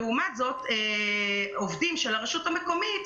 אבל עובדים של הרשות המקומית,